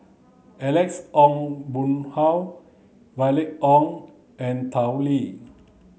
Alex Ong Boon Hau Violet Oon and Tao Li